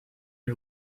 are